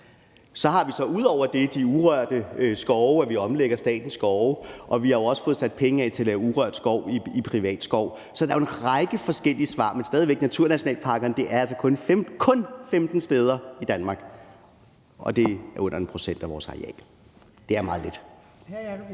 Så har vi så ud over det de urørte skove, vi omlægger statens skove, og vi har jo også fået sat penge af til at lave urørt skov i private skove, så der er jo en række forskellige svar. Men stadig væk skal naturnationalparkerne kun være 15 steder i Danmark, og det er under 1 pct. af vores areal. Det er meget lidt.